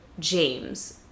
james